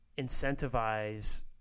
incentivize